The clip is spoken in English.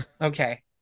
Okay